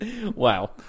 Wow